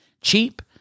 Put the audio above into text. cheap